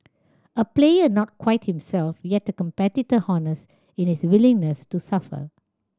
a player not quite himself yet a competitor honest in his willingness to suffer